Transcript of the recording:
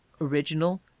original